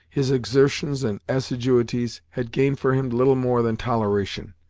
his exertions and assiduities had gained for him little more than toleration.